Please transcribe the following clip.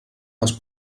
les